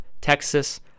Texas